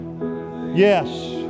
yes